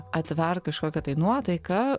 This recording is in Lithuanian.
atvert kažkokią tai nuotaiką